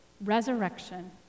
resurrection